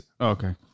Okay